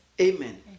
Amen